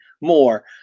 more